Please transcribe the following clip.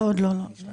זאת